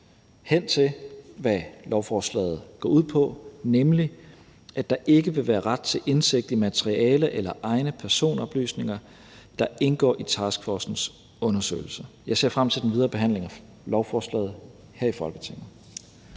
hen til, hvad lovforslaget går ud på, nemlig at der ikke vil være ret til indsigt i materiale eller egne personoplysninger, der indgår i taskforcens undersøgelse. Jeg ser frem til den videre behandling af lovforslaget her i Folketinget.